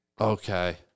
Okay